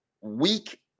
weak